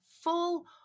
full